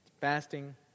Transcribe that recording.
fasting